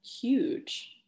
huge